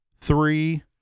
three